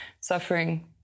suffering